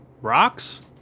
Rocks